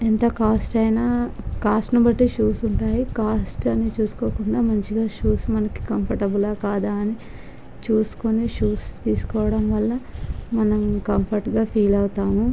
ఎంత కాస్ట్ అయినా కాస్ట్ని బట్టి షూస్ ఉంటాయి కాస్ట్ అని చూసుకోకుండా మంచిగా షూస్ మనకి కంఫర్టుబులా కాదా అని చూసుకుని షూస్ తీసుకోవడం వల్ల మనం కంఫర్టుగా ఫీల్ అవుతాము